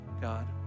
God